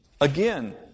Again